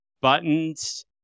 Buttons